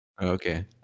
Okay